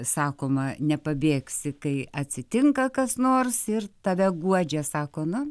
sakoma nepabėgsi kai atsitinka kas nors ir tave guodžia sako na